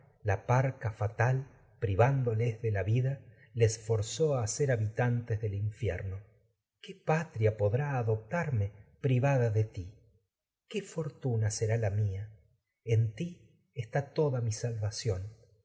la parca a ser privándoles de la vida les forzó habitantes del infierno qué patria podrá adoptarme privada de ti qué fortuna será la mía en ti está toda mi salvación